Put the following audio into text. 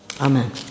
Amen